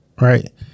Right